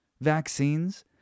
vaccines